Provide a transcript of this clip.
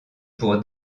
pour